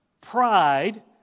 pride